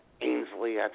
Ainsley